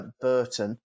Burton